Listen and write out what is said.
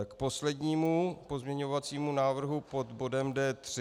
K poslednímu pozměňovacímu návrhu pod bodem D3.